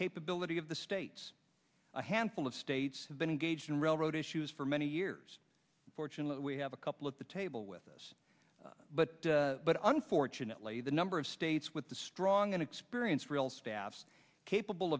capability of the states a handful of states have been engaged in railroad issues for many years fortunately we have a couple at the table with us but unfortunately the number of states with the strong and experienced real staffs capable